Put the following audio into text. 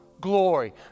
glory